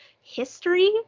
history